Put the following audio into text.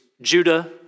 Judah